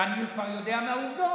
ואני כבר יודע מהעובדות.